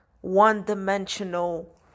one-dimensional